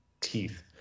Teeth